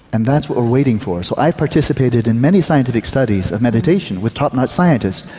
and that's what we're waiting for. so i've participated in many scientific studies of meditation with top notch scientists,